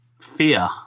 fear